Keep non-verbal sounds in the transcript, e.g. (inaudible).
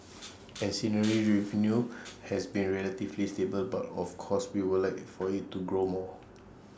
(noise) ancillary revenue has been relatively stable but of course we would like for IT to grow more